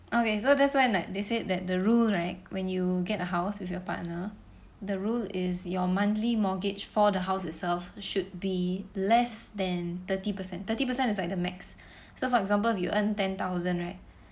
okay so that's why like they said that the rule right when you get a house with your partner the rule is your monthly mortgage for the house itself should be less than thirty percent thirty percent is like the max so for example if you earn ten thousand right